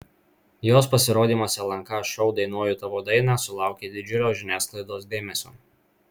jos pasirodymas lnk šou dainuoju tavo dainą sulaukė didžiulio žiniasklaidos dėmesio